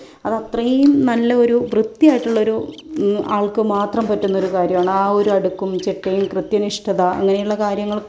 അതത്രയും നല്ല ഒരു വൃത്തിയായിട്ടുള്ളൊരു ആൾക്കു മാത്രം പറ്റുന്ന് ഒരു കാര്യമാണ് ആ ഒരു അടുക്കും ചിട്ടയും കൃത്യനിഷ്ഠത അങ്ങനെയുള്ള കാര്യങ്ങളൊക്കെ